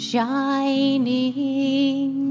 Shining